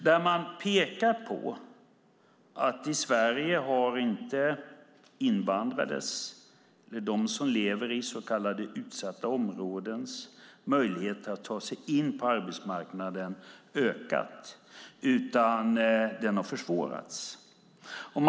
Där pekar man på att möjligheterna för invandrade, för dem som lever i så kallade utsatta områden, att ta sig in på arbetsmarknaden inte har ökat. I stället har det blivit svårare.